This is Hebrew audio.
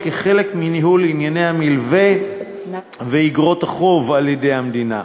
כחלק מניהול ענייני המלווה ואיגרות החוב על-ידי המדינה,